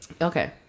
okay